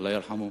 אללה ירחמו,